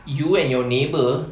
you and your neighbour